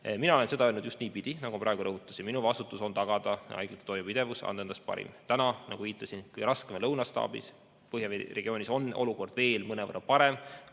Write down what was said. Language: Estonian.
Mina olen öelnud just niipidi, nagu praegu rõhutasin. Minu vastutus on tagada haiglate toimepidevus, anda endast parim. Täna, nagu viitasin, on kõige raskem lõunastaabis. Põhjaregioonis on olukord veel mõnevõrra parem,